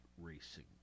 racing